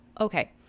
Okay